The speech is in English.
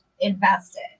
invested